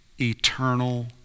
eternal